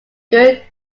good